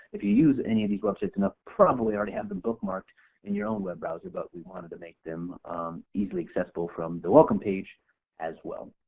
if you use any of these websites enough probably already have them bookmarked in your own web browser but we wanted to make them easily accessible from the welcome page as well.